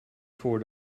four